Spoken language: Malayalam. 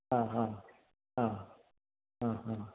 ആ ഹ ആ ആ ഹ